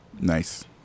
Nice